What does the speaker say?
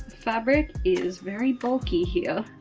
fabric is very bulky here.